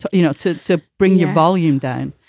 so you know, to to bring your volume down.